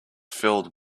filled